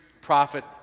prophet